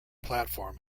platform